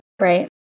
Right